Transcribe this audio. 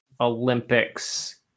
olympics